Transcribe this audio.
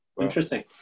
Interesting